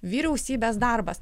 vyriausybės darbas